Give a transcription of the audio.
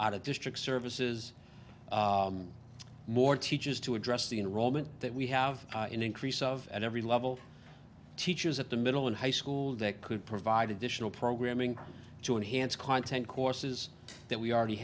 of district services more teachers to address the enrollment that we have an increase of at every level teachers at the middle and high schools that could provide additional programming to enhance content courses that we already